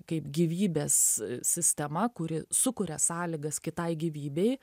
kaip gyvybės sistema kuri sukuria sąlygas kitai gyvybei